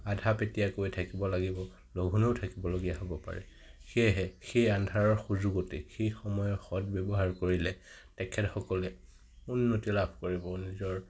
আধাপেটীয়াকৈ থাকিব লাগিব লঘোণেও থাকিবলগীয়া হ'ব পাৰে সেয়েহে সেই আন্ধাৰৰ সুযোগতে সেই সময়ৰ সৎ ব্যৱহাৰ কৰিলে তেখেতসকলে উন্নতি লাভ কৰিব নিজৰ